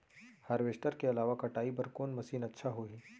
Harvester के अलावा कटाई बर कोन मशीन अच्छा होही?